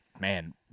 man